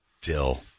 Dill